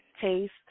taste